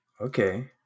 okay